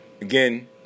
Again